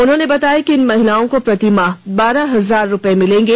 उन्होंने बताया कि इन महिलाओं को प्रतिमाह बारह हजार रूपये मिलेंगे